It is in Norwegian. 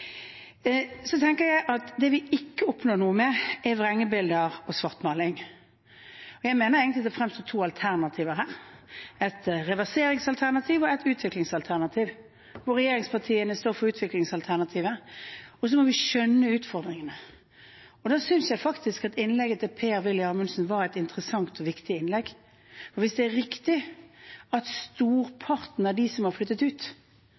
svartmaling. Jeg mener egentlig det fremstår to alternativer her, et reverseringsalternativ og et utviklingsalternativ, hvor regjeringspartiene står for utviklingsalternativet. Og så må vi skjønne utfordringene. Da synes jeg faktisk at innlegget til Per-Willy Amundsen var et interessant og viktig innlegg. Hvis det er riktig at storparten av de som har flyttet ut,